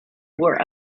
were